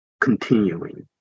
continuing